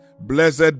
Blessed